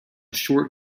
short